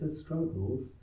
struggles